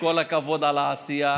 כל הכבוד על העשייה,